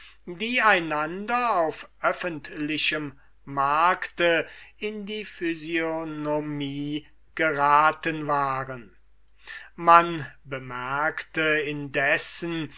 die einander auf öffentlichem markte in die physionomie geraten waren man bemerkte indessen